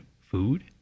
food